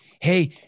hey